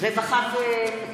עבודה ורווחה.